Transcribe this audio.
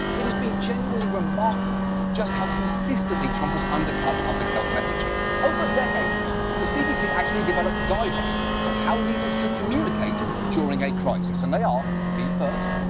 it has been genuinely remarkable just how consistently trump has undercut public-health messaging. over a decade ago, the cdc actually developed guidelines for how leaders should communicate during a crisis. and they are be first,